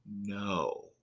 No